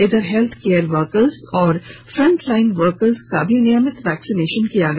इधर health care worker और front line worker का भी नियमित वैक्सीनेशन हआ